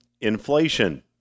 inflation